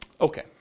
Okay